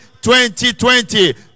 2020